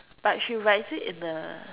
but she writes it in a